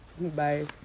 bye